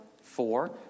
Four